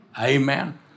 Amen